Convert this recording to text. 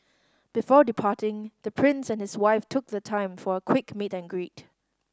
before departing the Prince and his wife took the time for a quick meet and greet